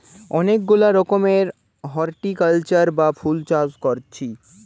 অনেক গুলা রকমের হরটিকালচার বা ফুল চাষ কোরছি